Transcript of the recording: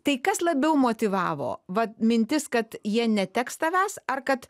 tai kas labiau motyvavo vat mintis kad jie neteks tavęs ar kad